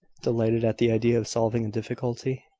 delighted at the idea of solving a difficulty.